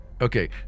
okay